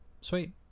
sweet